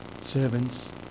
Servants